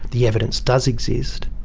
the evidence does exist.